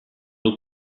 eau